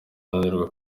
ananirwa